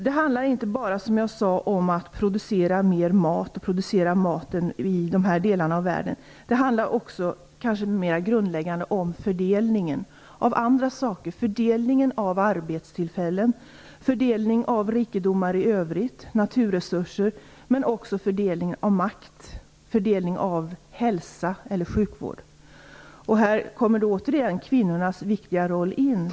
Det handlar alltså inte bara om att producera mera mat och om att producera maten i de här delarna av världen, utan det handlar också - kanske då mera grundläggande - om fördelningen av andra saker: fördelningen av arbetstillfällen och av rikedomar i övrigt, såsom naturresurser. Det handlar också om fördelningen av makt och hälsa eller sjukvård. Här kommer återigen kvinnornas viktiga roll in.